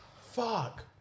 Fuck